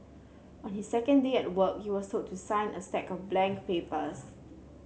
on his second day at work he was told to sign a stack of blank papers